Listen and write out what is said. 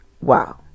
Wow